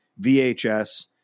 VHS